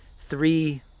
three